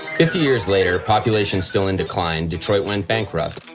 fifty years later, population still in decline, detroit went bankrupt.